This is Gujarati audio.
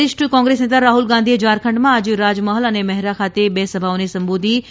વરિષ્ઠ કોંગ્રેસનેતા રાહુલ ગાંધીએ ઝારખંડમાં આજે રાજમહલ અને મેહરામાં ખાતે બે સભાઓને સંબોધી હતી